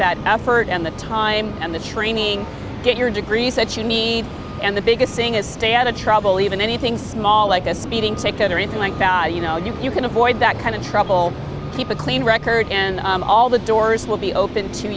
that effort and the time and the training get your degree set you need and the biggest thing is stay out of trouble even anything small like a speeding ticket or anything like that you know you can avoid that kind of trouble keep a clean record and all the doors will be open to